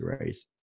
raise